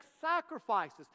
sacrifices